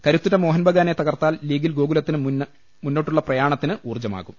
കരുത്തുറ്റ മോഹൻ ബഗാനെ തകർത്താൽ ലീഗിൽ ഗോകു ലത്തിന് മുന്നോട്ടുള്ള പ്രയാണത്തിന് ഊർജ്ജമാകും